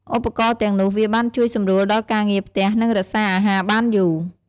ឧបករណ៍ទាំងនោះវាបានជួយសម្រួលដល់ការងារផ្ទះ និងរក្សាអាហារបានយូរ។